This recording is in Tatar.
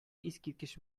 искиткеч